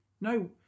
no